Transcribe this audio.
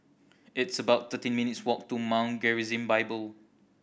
it's about thirteen minutes' walk to Mount Gerizim Bible